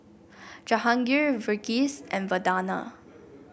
Jahangir Verghese and Vandana